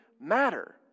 matter